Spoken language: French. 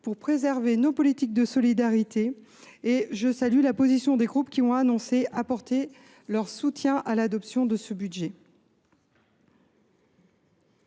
pour préserver nos politiques de solidarité. Je salue à cet égard la position des groupes qui ont annoncé apporter leur soutien à l’adoption des crédits